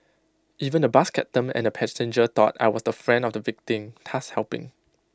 even the bus captain and A passenger thought I was the friend of the victim thus helping